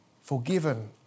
forgiven